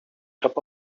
top